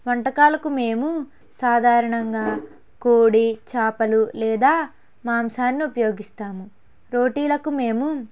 వంటకాలకు మేము సాధారణంగా కోడి చేపలు లేదా మాంసాన్ని ఉపయోగిస్తాము రోటీలకు మేము